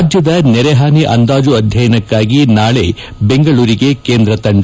ರಾಜ್ಞದ ನೆರೆಹಾನಿ ಅಂದಾಜು ಅಧ್ಯಯನಕ್ನಾಗಿ ನಾಳೆ ಬೆಂಗಳೂರಿಗೆ ಕೇಂದ್ರ ತಂಡ